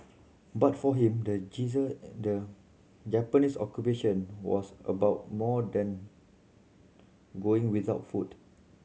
but for him the the Japanese Occupation was about more than going without food